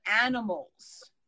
animals